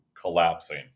collapsing